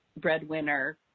breadwinner